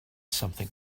something